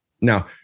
Now